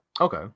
Okay